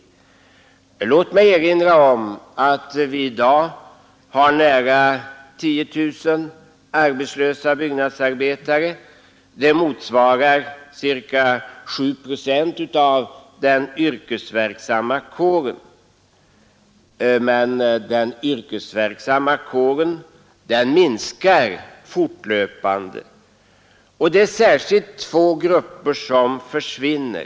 Låt mig erinra om att vi i dag har nära 10 000 arbetslösa byggnadsarbetare, vilket motsvarar ca 7 procent av den yrkesverksamma kåren, och denna kår minskar fortlöpande. Det är särskilt två grupper som försvinner.